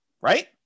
Right